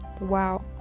wow